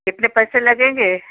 कितने पैसे लगेंगे